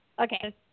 Okay